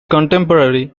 contemporary